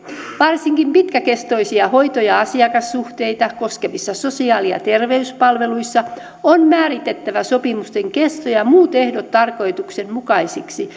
varsinkin pitkäkestoisia hoito ja asiakassuhteita koskevissa sosiaali ja terveyspalveluissa on määritettävä sopimusten kesto ja muut ehdot tarkoituksenmukaisiksi